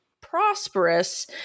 prosperous